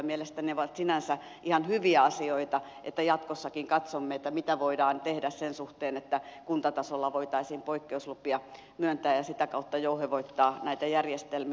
mielestäni ne ovat sinänsä ihan hyviä asioita niin että jatkossakin katsomme mitä voidaan tehdä sen suhteen että kuntatasolla voitaisiin poikkeuslupia myöntää ja sitä kautta jouhevoittaa näitä järjestelmiä